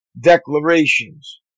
declarations